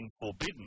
forbidden